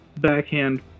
backhand